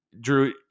Drew